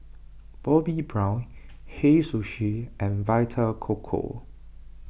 Bobbi Brown Hei Sushi and Vita Coco